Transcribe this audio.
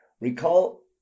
Recall